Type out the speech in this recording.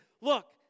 look